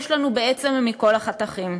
יש לנו בעצם מכל החתכים.